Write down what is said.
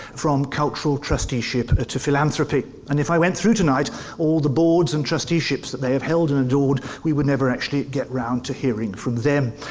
from cultural trusteeship to philanthropy. and if i went through tonight all the boards and trusteeships that they have held and adored, we would never actually get round to hearing from them.